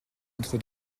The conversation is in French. entre